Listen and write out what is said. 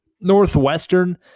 Northwestern